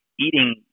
eating